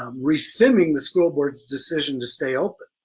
um rescinding the school board's decision to stay open.